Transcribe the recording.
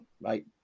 right